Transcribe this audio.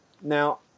Now